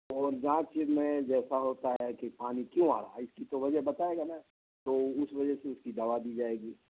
اور جانچ میں جیسا ہوتا ہے کہ پانی کیوں آ رہا ہے اس کی تو وجہ بتائے گا نا تو اس وجہ سے اس کی دوا دی جائے گی